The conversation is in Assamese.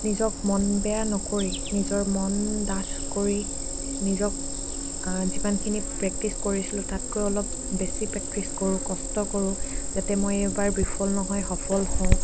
নিজক মন বেয়া নকৰি নিজৰ মন ডাঠ কৰি নিজক যিমানখিনি প্ৰেক্টিছ কৰিছিলোঁ তাতকৈ অলপ বেছি প্ৰেক্টিছ কৰোঁ কষ্ট কৰোঁ যাতে মই এইবাৰ বিফল নহয় সফল হওঁ